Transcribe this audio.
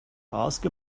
ask